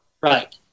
right